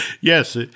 yes